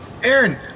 Aaron